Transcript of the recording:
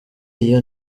iyo